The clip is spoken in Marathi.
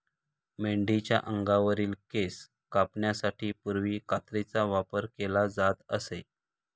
मेंढीच्या अंगावरील केस कापण्यासाठी पूर्वी कात्रीचा वापर केला जात असे